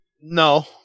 No